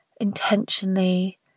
intentionally